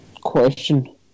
question